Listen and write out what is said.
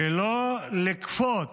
ולא לכפות